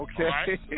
Okay